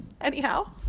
Anyhow